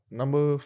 number